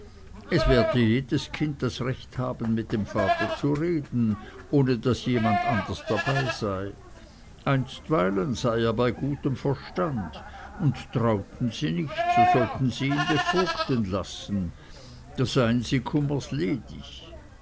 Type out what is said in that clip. es werde ein jedes kind das recht haben mit dem vater zu reden ohne daß jemand anders dabei sei einstweilen sei er bei gutem verstand und trauten sie nicht sollten sie ihn bevogten lassen da seien sie kummers ledig